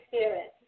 Spirit